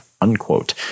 unquote